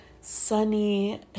sunny